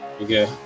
okay